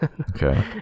Okay